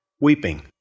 weeping